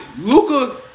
Luca